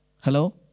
Hello